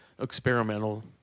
experimental